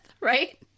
Right